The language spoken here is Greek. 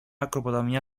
ακροποταμιά